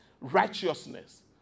righteousness